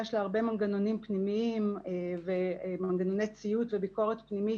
יש לה הרבה מנגנונים פנימיים ומנגנוני ביקורת פנימית